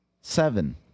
Seven